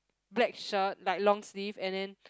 black shirt like long sleeve and then